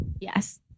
yes